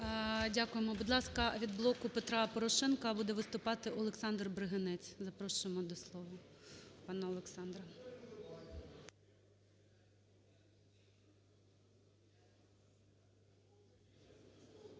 Дякуємо. Будь ласка, від "Блоку Петра Порошенка" буде виступати Олександр Бригинець. Запрошуємо до слова